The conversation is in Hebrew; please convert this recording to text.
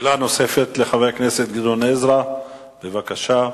שאלה נוספת לחבר הכנסת גדעון עזרא, בבקשה.